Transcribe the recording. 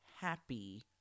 happy